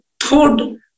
food